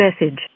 message